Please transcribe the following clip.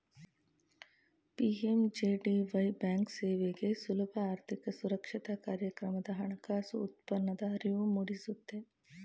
PMJDY ಬ್ಯಾಂಕ್ಸೇವೆಗೆ ಸುಲಭ ಆರ್ಥಿಕ ಸಾಕ್ಷರತಾ ಕಾರ್ಯಕ್ರಮದ ಹಣಕಾಸು ಉತ್ಪನ್ನದ ಅರಿವು ಮೂಡಿಸುತ್ತೆ